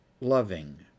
loving